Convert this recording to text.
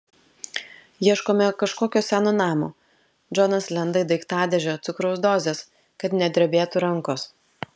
ieškome kažkokio seno namo džonas lenda į daiktadėžę cukraus dozės kad nedrebėtų rankos